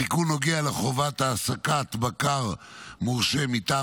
התיקון נוגע לחובת העסקת בקר מורשה מטעם